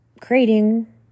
creating